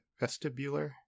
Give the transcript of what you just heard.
Vestibular